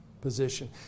position